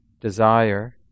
desire